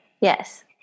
Yes